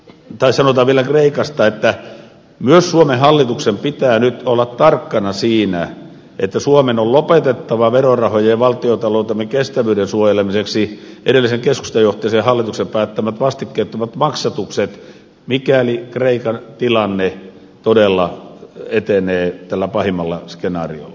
sanotaan vielä kreikasta että myös suomen hallituksen pitää nyt olla tarkkana siinä että suomen on lopetettava verorahojen ja valtiontaloutemme kestävyyden suojelemiseksi edellisen keskustajohtoisen hallituksen päättämät vastikkeettomat maksatukset mikäli kreikan tilanne todella etenee tällä pahimmalla skenaariolla